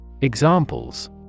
Examples